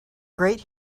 great